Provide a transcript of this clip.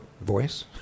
voice